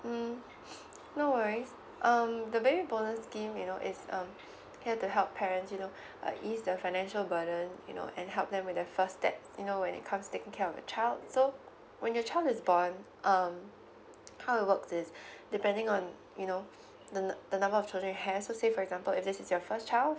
mm no worries um the very important scheme you know is um here to help parents you know err ease the financial burden you know and help them with their first step you know when it comes to taking care of the child so when your child is born um how it works is depending on you know the n~ the number of children you have so say for example if this is your first child